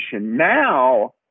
Now